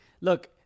Look